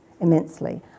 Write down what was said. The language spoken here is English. immensely